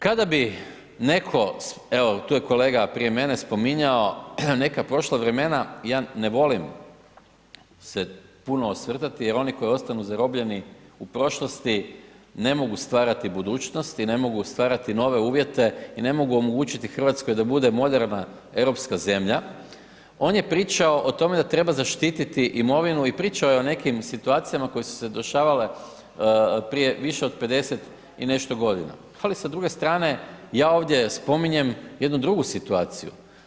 Kada bi netko, evo tu je kolega prije mene spominjao neka prošla vremena, ja ne volim se puno osvrtati jer oni koji ostanu zarobljeni u prošlosti, ne mogu stvarati budućnost i ne mogu stvarati nove uvjete i ne mogu omogućiti RH da bude moderna europska zemlja, on je pričao o tome da treba zaštiti imovinu i pričao je o nekim situacijama koje su se dešavale prije više od 50 i nešto godina, ali sa druge strane ja ovdje spominjem jednu drugu situaciju.